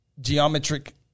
geometric